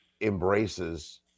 embraces